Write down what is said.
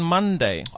Monday